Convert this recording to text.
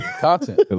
Content